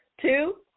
Two